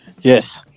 yes